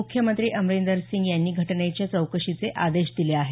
मुख्यमंत्री अमरिंदरसिंग यांनी घटनेच्या चौकशीचे आदेश दिले आहेत